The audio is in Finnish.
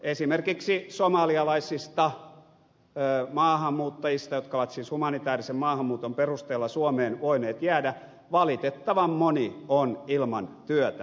esimerkiksi somalialaisista maahanmuuttajista jotka ovat siis humanitäärisen maahanmuuton perusteella suomeen voineet jäädä valitettavan moni on ilman työtä